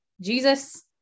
jesus